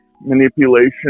manipulation